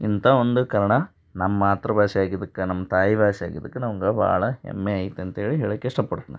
ಇಂಥ ಒಂದು ಕನ್ನಡ ನಮ್ಮ ಮಾತೃಭಾಷೆ ಆಗಿದ್ದಕ್ಕೆ ನಮ್ಮ ತಾಯಿ ಭಾಷೆ ಆಗಿದ್ದಕ್ಕೆ ನಮ್ಗೆ ಭಾಳ ಹೆಮ್ಮೆ ಐತೆ ಅಂತೇಳಿ ಹೇಳಕ್ಕೆ ಇಷ್ಟಪಡ್ತ್ನಿ